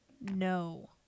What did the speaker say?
no